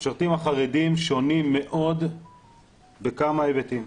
המשרתים החרדים שונים מאוד בכמה היבטים.